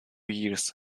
years